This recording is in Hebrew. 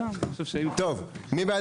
מי בעד